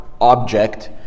object